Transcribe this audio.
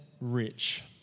rich